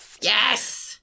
yes